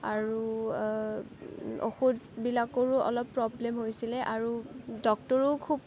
আৰু ঔষধবিলাকৰো অলপ প্ৰব্লেম হৈছিলে আৰু ডক্তৰো খুব